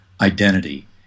identity